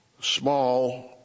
small